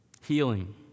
Healing